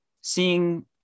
seeing